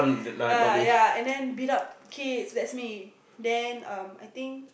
ya ya and then beat up kids that's me then um I think